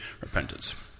repentance